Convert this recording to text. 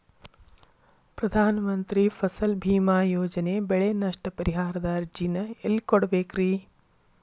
ಪ್ರಧಾನ ಮಂತ್ರಿ ಫಸಲ್ ಭೇಮಾ ಯೋಜನೆ ಬೆಳೆ ನಷ್ಟ ಪರಿಹಾರದ ಅರ್ಜಿನ ಎಲ್ಲೆ ಕೊಡ್ಬೇಕ್ರಿ?